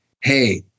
hey